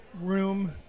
room